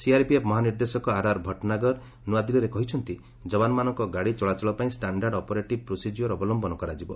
CRPF ମହାନିର୍ଦ୍ଦେଶକ RR Bhatnagar ନୃଆଦିଲ୍ଲୀରେ କହିଛନ୍ତି ଯବାନମାନଙ୍କ ଗାଡ଼ି ଚଳାଚଳ ପାଇଁ ଷ୍ଟାଣ୍ଡାର୍ଡ ଅପରେଟିଭ୍ ପ୍ରୋସିଜିଓର ଅବଲମ୍ଭନ କରାଯିବ